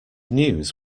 news